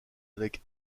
avec